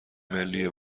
ملی